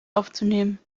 aufzunehmen